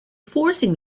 forcing